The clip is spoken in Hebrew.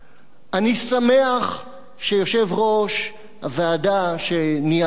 אני שמח שיושב-ראש הוועדה שניהל את הדיונים